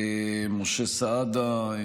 ומשה סעדה,